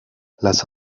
las